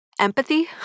empathy